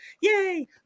yay